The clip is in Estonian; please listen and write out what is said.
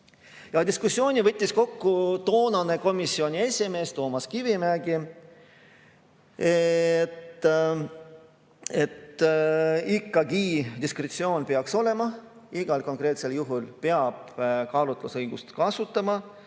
Ja diskussiooni võttis kokku toonane komisjoni esimees Toomas Kivimägi, kes leidis, et ikkagi diskretsioon peaks olema, igal konkreetsel juhul peab kaalutlusõigust kasutama,